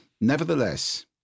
Nevertheless